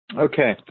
Okay